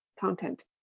content